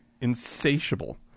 Insatiable